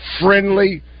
friendly